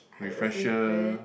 refresher